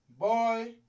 Boy